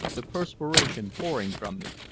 the perspiration pouring from me,